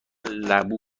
لبو